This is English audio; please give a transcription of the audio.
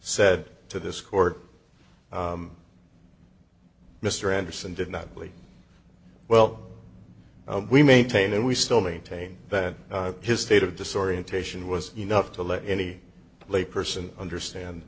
said to this court mr anderson did not sleep well we maintain and we still maintain that his state of disorientation was enough to let any lay person understand